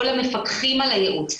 כל המפקחים על הייעוץ,